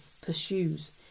pursues